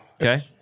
Okay